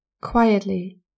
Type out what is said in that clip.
quietly